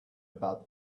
about